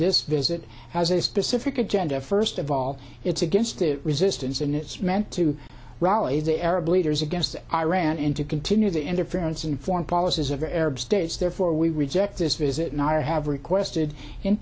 this visit has a specific agenda first of all it's against the resistance and it's meant to rally the arab leaders against iran into continue the interference in foreign policies of the arab states therefore we reject this visit and i have requested in